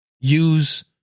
use